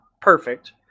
perfect